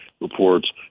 reports